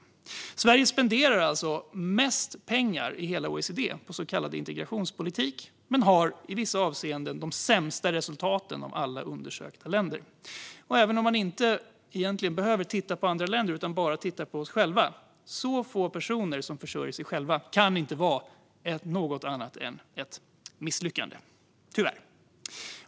Sverige spenderar alltså mest pengar i hela OECD på så kallad integrationspolitik men har i vissa avseenden de sämsta resultaten av alla undersökta länder. Egentligen behöver vi inte titta på andra länder, utan vi kan titta enbart på oss själva: Det kan tyvärr inte vara något annat än ett misslyckande när så få personer försörjer sig själva.